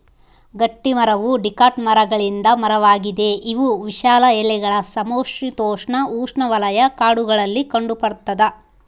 ಗಟ್ಟಿಮರವು ಡಿಕಾಟ್ ಮರಗಳಿಂದ ಮರವಾಗಿದೆ ಇವು ವಿಶಾಲ ಎಲೆಗಳ ಸಮಶೀತೋಷ್ಣಉಷ್ಣವಲಯ ಕಾಡುಗಳಲ್ಲಿ ಕಂಡುಬರ್ತದ